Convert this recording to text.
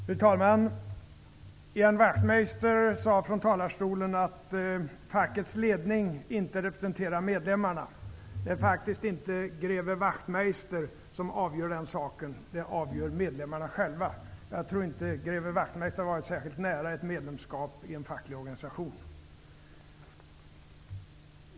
Fru talman! Ian Wachtmeister sade från talarstolen att fackets ledning inte representerar medlemmarna. Det är faktiskt inte greve Wachtmeister som avgör den saken. Det avgör medlemmarna själva. Jag tror inte att greve Wachtmeister har varit särskilt nära ett medlemskap i en facklig organisation.